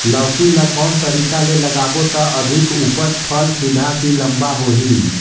लौकी ल कौन तरीका ले लगाबो त अधिक उपज फल सीधा की लम्बा होही?